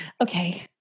Okay